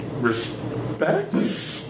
respects